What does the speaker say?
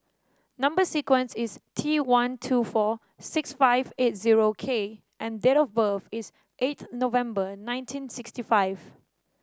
number sequence is T one two four six five eight zero K and date of birth is eighth November nineteen sixty five